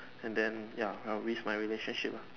and then ya with my relationship lah